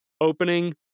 opening